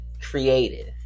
creative